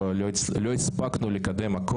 לא אישרו.